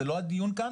זה לא הדיון כאן,